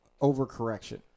overcorrection